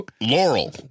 Laurel